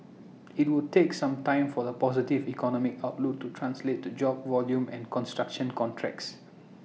IT would take some time for the positive economic outlook to translate to job volume and construction contracts